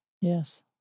Yes